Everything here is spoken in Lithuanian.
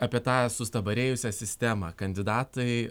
apie tą sustabarėjusią sistemą kandidatai